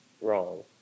wrong